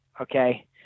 okay